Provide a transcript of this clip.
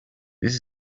this